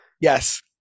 Yes